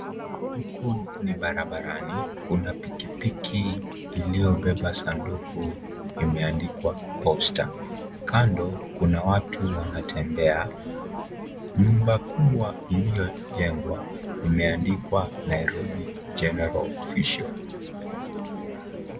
Huku ni barabarani, kuna piki piki iliyobeba sanduku imeandikwa poster kando kuna watu wanatambea, nyumba kubwa iliyojengwa imeandikwa Nairobi General Official.